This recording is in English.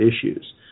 issues